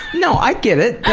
no, i get it.